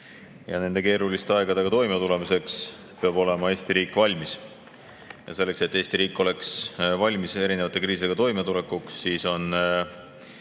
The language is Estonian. ja nende keeruliste aegadega toimetulemiseks peab Eesti riik olema valmis. Selleks, et Eesti riik oleks valmis erinevate kriisiga toimetulekuks, on